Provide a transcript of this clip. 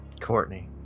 Courtney